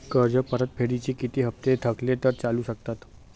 कर्ज परतफेडीचे किती हप्ते थकले तर चालू शकतात?